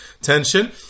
tension